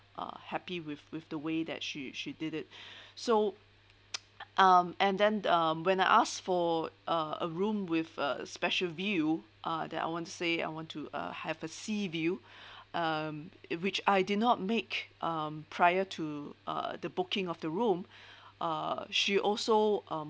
uh happy with with the way that she she did it so um and then um when I asked for a a room with a special view ah that I wan't say I want to have a sea view um in which I did not make um prior to uh the booking of the room uh she also um